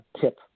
tip